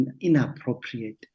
inappropriate